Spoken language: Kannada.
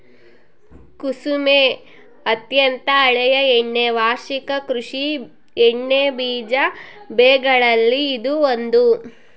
ಕುಸುಮೆ ಅತ್ಯಂತ ಹಳೆಯ ಎಣ್ಣೆ ವಾರ್ಷಿಕ ಕೃಷಿ ಎಣ್ಣೆಬೀಜ ಬೆಗಳಲ್ಲಿ ಇದು ಒಂದು